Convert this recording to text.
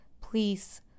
please